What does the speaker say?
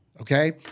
okay